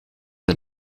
het